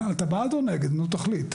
נו, תחליט".